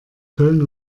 köln